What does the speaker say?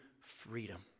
freedom